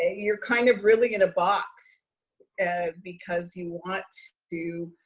ah you're kind of really in a box because you want to